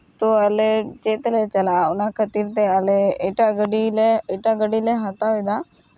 ᱛᱳ ᱟᱞᱮ ᱪᱮᱫ ᱛᱮᱞᱮ ᱪᱟᱞᱟᱜᱼᱟ ᱚᱱᱟ ᱠᱷᱟᱹᱛᱤᱨ ᱛᱮ ᱟᱞᱮ ᱮᱴᱟᱜ ᱜᱟᱹᱰᱤᱞᱮ ᱮᱟᱴᱜ ᱜᱟᱹᱰᱤᱮ ᱦᱟᱛᱟᱣ ᱮᱫᱟ